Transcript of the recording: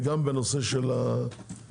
וגם בנושא המחירים.